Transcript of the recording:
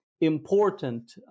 important